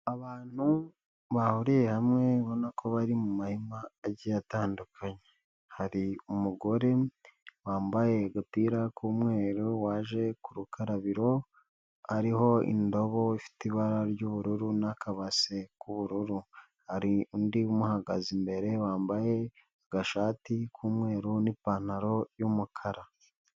Abantu bahuriye hamwe ubona ko bari mu mahema agiye atandukanye. Hari umugore wambaye agapira k'umweru, waje ku rukarabiro, hariho indobo ifite ibara ry'ubururu n'akabase k'ubururu. Hari undi umuhagaze imbere wambaye agashati k'umweru n'ipantaro y'umukara.